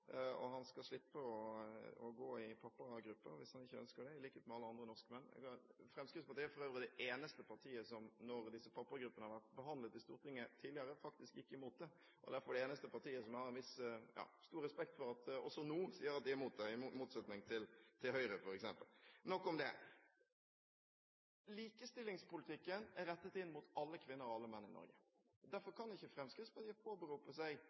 og barn, og han skal slippe å gå i pappagrupper, hvis han ikke ønsker det, i likhet med alle andre norske menn. Fremskrittspartiet er for øvrig det eneste partiet som, når disse pappagruppene har vært behandlet i Stortinget tidligere, faktisk har gått imot det, så jeg har stor respekt for at de også nå sier at de er imot det, i motsetning til Høyre, f.eks. – nok om det. Likestillingspolitikken er rettet inn mot alle kvinner og alle menn i Norge. Fremskrittspartiet kan ikke påberope seg å være partiet for likestilling blant minoritetskvinner når de